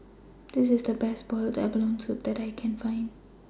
This IS The Best boiled abalone Soup that I Can Find